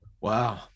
Wow